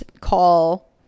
call